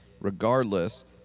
regardless